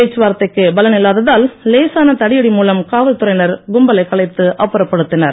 பேச்சுவார்த்தைக்கு பலன் இல்லாததால் லேசான தடியடி மூலம் காவல்துறையினர் கும்பலை கலைத்து அப்புறப்படுத்தினர்